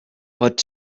pot